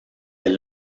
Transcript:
est